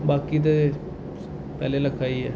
बाकी ते पैह्लें आह्ला लेखा ई